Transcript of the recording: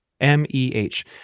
M-E-H